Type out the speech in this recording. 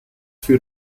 für